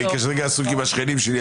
אני כרגע עסוק עם השכנים שלי.